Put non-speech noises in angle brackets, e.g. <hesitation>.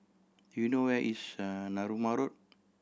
do you know where is <hesitation> Narooma Road